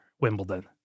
Wimbledon